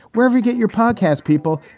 wherever you get your podcast people,